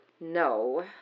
No